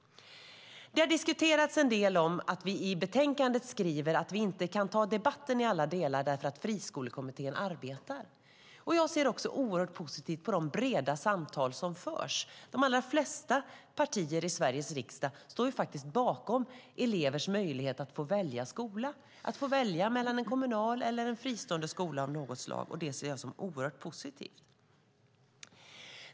Det har diskuterats en del om att vi i betänkandet skriver att vi inte kan ta debatten i alla delar därför att Friskolekommittén arbetar. Jag ser positivt på de breda samtal som förs. De allra flesta partier i Sveriges riksdag står faktiskt bakom elevers möjlighet att få välja skola, att få välja mellan en kommunal eller en fristående skola av något slag. Det ser jag som oerhört positivt.